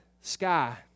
sky